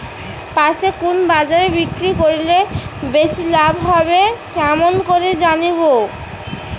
পাশের কুন বাজারে বিক্রি করিলে বেশি লাভ হবে কেমন করি জানবো?